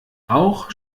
auch